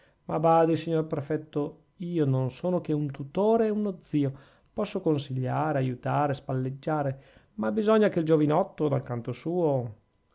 ma badi signor prefetto io non sono che un tutore e uno zio posso consigliare aiutare spalleggiare ma bisogna che il giovinotto dal canto suo